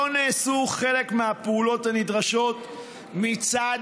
לא נעשו חלק מהפעולות הנדרשות מצד